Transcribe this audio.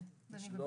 כן, בנים